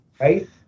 Right